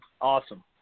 Awesome